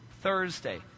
Thursday